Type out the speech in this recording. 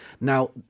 Now